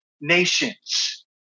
nations